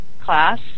Class